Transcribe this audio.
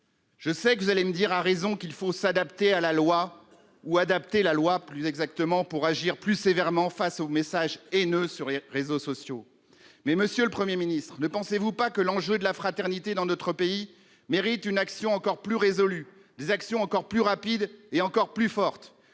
Je sais que vous allez me dire, à raison, qu'il faut adapter la loi pour agir plus sévèrement face aux messages haineux sur les réseaux sociaux. Mais, monsieur le Premier ministre, ne pensez-vous pas que l'enjeu de la fraternité dans notre pays mérite une action encore plus résolue, des actions encore plus rapides et encore plus fortes ?